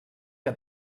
que